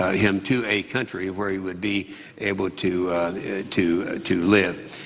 him to a country where he would be able to to to live.